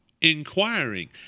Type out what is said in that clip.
inquiring—